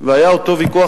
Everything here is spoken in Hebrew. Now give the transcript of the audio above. והיה אותו ויכוח,